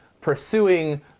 pursuing